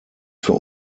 für